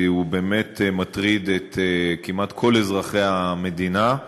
כי הוא באמת מטריד כמעט את כל אזרחי המדינה.